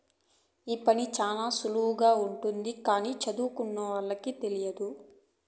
ఈ పని శ్యానా సులువుగానే ఉంటది కానీ సదువుకోనోళ్ళకి తెలియదు